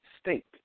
state